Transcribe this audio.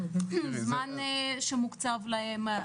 הזמן שמוקצב להם?